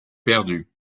perdues